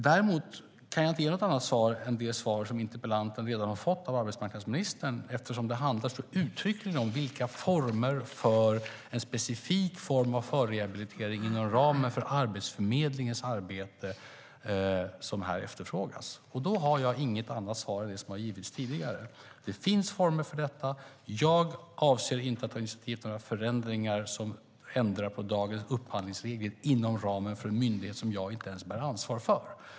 Däremot kan jag inte ge något annat svar än det svar som interpellanten redan har fått av arbetsmarknadsministern. Det som efterfrågas är uttryckligen en specifik form av förrehabilitering inom ramen för Arbetsförmedlingens arbete. Då har jag inget annat svar än det som har givits tidigare. Det finns former för detta, och jag avser inte att ta initiativ till några förändringar som ändrar på dagens upphandlingsregler inom ramen för en myndighet som jag inte ens bär ansvar för.